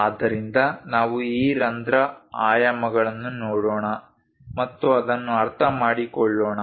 ಆದ್ದರಿಂದ ನಾವು ಈ ರಂಧ್ರ ಆಯಾಮಗಳನ್ನು ನೋಡೋಣ ಮತ್ತು ಅದನ್ನು ಅರ್ಥಮಾಡಿಕೊಳ್ಳೋಣ